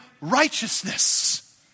righteousness